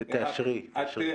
תודה.